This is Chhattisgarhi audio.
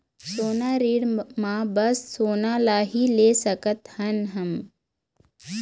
सोना ऋण मा बस सोना ला ही ले सकत हन हम?